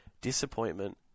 disappointment